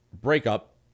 breakup